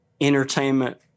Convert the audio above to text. entertainment